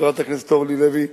חברת הכנסת אורלי לוי,